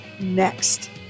Next